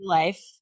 life